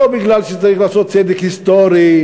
לא מפני שצריך לעשות צדק היסטורי,